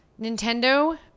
Nintendo